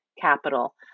capital